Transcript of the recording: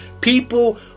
People